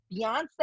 Beyonce